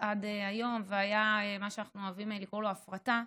עד היום והיה מה שאנחנו אוהבים לקרוא לו "הפרטה",